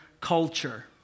culture